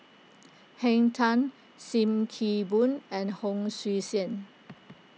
Henn Tan Sim Kee Boon and Hon Sui Sen